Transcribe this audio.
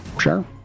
Sure